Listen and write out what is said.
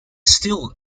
still